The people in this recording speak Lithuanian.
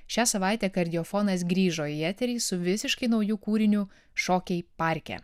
šią savaitę kardiofonas grįžo į eterį su visiškai nauju kūriniu šokiai parke